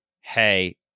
hey